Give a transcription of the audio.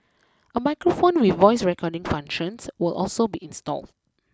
a microphone with voice recording functions will also be installed